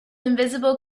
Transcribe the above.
invisible